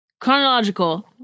chronological